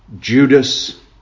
Judas